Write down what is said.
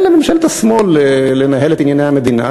לממשלת השמאל לנהל את ענייני המדינה,